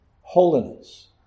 holiness